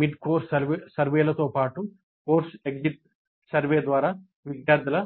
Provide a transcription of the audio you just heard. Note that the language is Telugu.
మిడ్ కోర్సు సర్వేలతో పాటు కోర్సు ఎగ్జిట్ సర్వే ద్వారా విద్యార్థుల